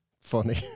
funny